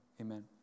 Amen